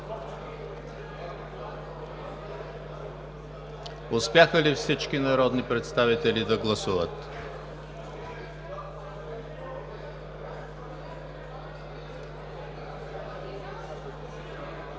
Успяха ли всички народни представители да гласуват?